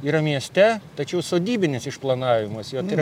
yra mieste tačiau sodybinis išplanavimas jo tai yra